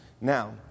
Now